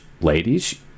Ladies